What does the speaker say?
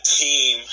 team